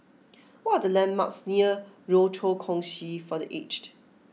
what the landmarks near Rochor Kongsi for the Aged